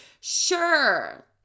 Sure